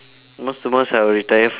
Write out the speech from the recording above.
at most the most I will retire from